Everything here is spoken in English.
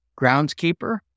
groundskeeper